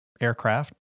aircraft